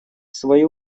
свою